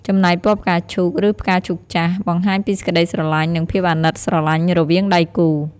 ចំណែកពណ៌ផ្កាឈូកឬផ្កាឈូកចាស់ បង្ហាញពីសេចក្តីស្រឡាញ់ និងភាពអាណិតស្រឡាញ់រវាងដៃគូរ។